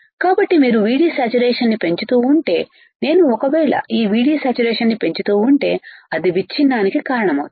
కాబట్టి మీరు VD saturation ని పెంచుతూ ఉంటే నేను ఒకవేళ ఈ VD saturation ని పెంచుతూ ఉంటే అది విచ్ఛిన్నానికి కారణమవుతుంది